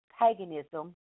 paganism